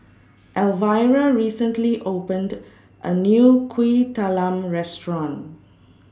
Elvira recently opened A New Kuih Talam Restaurant